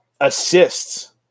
assists